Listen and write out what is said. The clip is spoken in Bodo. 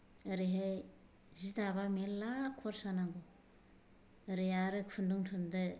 ओरैहाय जि दाबा मेल्ला खरसा नांगौ ओरै आरो खुन्दुं थुनदो